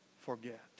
forget